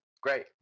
Great